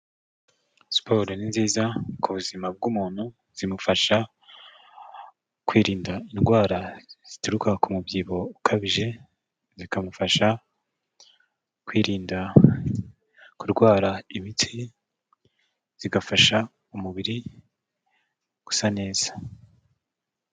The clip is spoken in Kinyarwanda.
Siporo ni nziza ku buzima bw'umuntu, zimufasha kwirinda indwara zituruka ku mubyibuho ukabije, zikamufasha kwirinda kurwara imitsi, zigafasha umubiri gusa neza.